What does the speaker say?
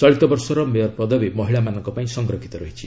ଚଳିତ ବର୍ଷର ମେୟର ପଦବୀ ମହିଳାମାନଙ୍କ ପାଇଁ ସଂରକ୍ଷିତ ରହିଛି